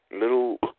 Little